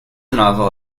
novel